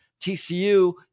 TCU